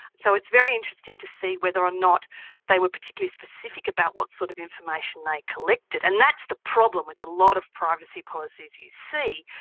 so it's very interesting to see whether or not they were particularly specific about what sort of information they like collected, and that's the problem with a lot of privacy policies you see,